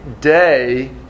day